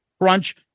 crunch